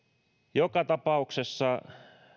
joka tapauksessa